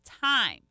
time